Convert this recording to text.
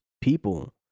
people